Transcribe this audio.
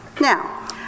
Now